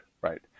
Right